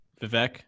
Vivek